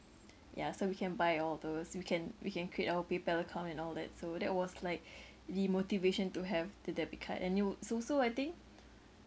ya so we can buy all those we can we can create our Paypal account and all that so that was like the motivation to have the debit card and it would so-so I think